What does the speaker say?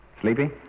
Sleepy